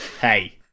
Hey